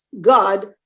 God